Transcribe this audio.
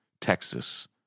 Texas